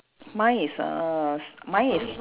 mine is uh s~ mine is